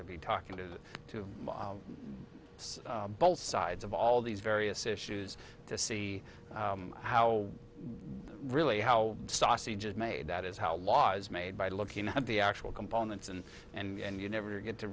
to be talking to to both sides of all these various issues to see how one really how sausage is made that is how laws made by looking at the actual components and and you never get to